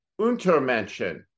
untermenschen